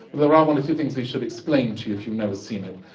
well there are um one or two things we should explain to you if you've never seen it,